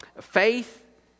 faith